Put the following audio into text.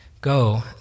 go